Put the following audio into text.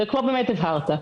ופה באמת הבהרת.